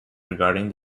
regarding